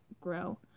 grow